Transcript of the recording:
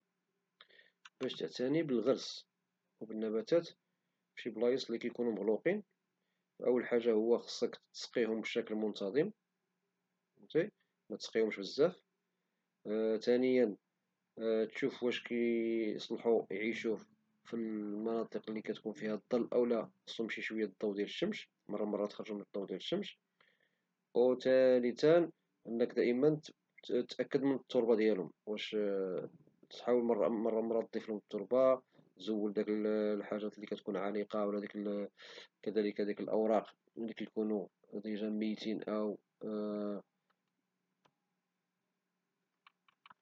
باش تعتاني بالغرس وبالنباتات لي كيكونو في شي بلايص لي كيكونو مغلوقين أول حاجة خصك تسقيهم بشكل منتظم، فهمت، متسقيهومش بزاف، ثانيا تشوف واش كيصلحو يعيشو في المناطق لي كيكون فيها الظل أولا خصم شي شوية ديال الضوء د الشمس، مرة مرة تخرجوم للضوء د الشمس، ثالثا دايما خصك تأكد من التربة ديالم واش - تحاول مرة مرة تضيفلم التربة، وتزول داك الحاجات لي كتكون عالقة وكذلك ديك الأوراق لي كيكونو ديجا ميتين...